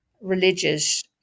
religious